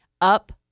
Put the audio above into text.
up